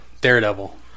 Daredevil